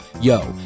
YO